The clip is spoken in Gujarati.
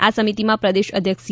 આ સમિતિમાં પ્રદેશ અધ્યક્ષ સી